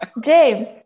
James